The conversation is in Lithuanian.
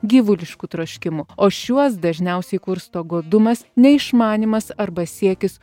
gyvuliškų troškimų o šiuos dažniausiai kursto godumas neišmanymas arba siekis